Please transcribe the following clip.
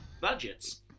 budgets